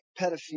pedophilia